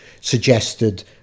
suggested